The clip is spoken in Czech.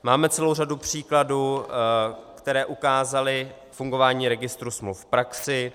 Máme celou řadu příkladů, které ukázaly fungování registru smluv v praxi.